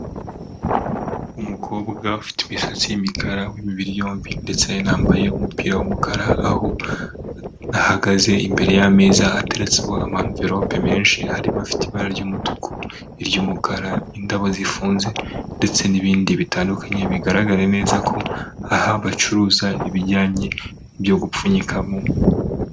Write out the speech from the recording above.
Umukobwa ufite imisatsi y'imikara w'imibiri yombi, ndetse anambaye umupira w'umukara, aho ahagaze imbere y'ameza ateretseho amavelope menshi, harimo afite ibara ry'umutuku, iry'umukara, indabo zifunze ndetse n'ibindi bitandukanye, bigaragara neza ko aha bacuruza ibijyanye n'ibyo gupfunyika mo.